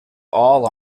all